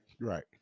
right